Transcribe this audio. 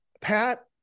pat